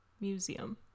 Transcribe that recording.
museum